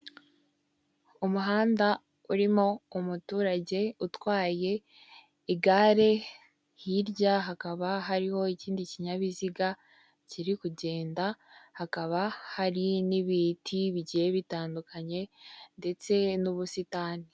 Umuhanda urimo umuturage utwaye igare, hirya hakaba hariho ikindi kinyabiziga kiri kugenda, hakaba hari n'ibiti bigiye bitandukanye ndetse n'ubusitani.